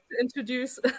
introduce